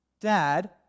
Dad